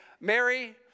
Mary